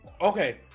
okay